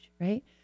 right